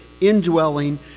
indwelling